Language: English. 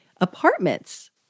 apartments